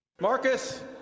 Marcus